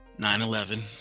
9-11